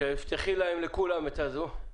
ותפתחי לכולם את הזום.